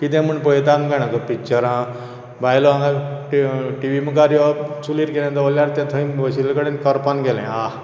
कितेंं म्हूण पळयतात तें कळना पिक्चरां बायलो हांगा टी व्ही मुखार येवप चुलीर कितें दवरल्यार तें थंयच बशिल्ले कडेन करपोन गेलें आ